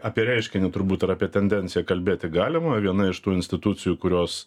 apie reiškinį turbūt apie tendenciją kalbėti galima viena iš tų institucijų kurios